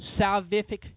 salvific